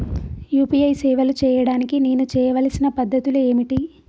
UPI సేవలు చేయడానికి నేను చేయవలసిన పద్ధతులు ఏమిటి?